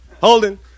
Holden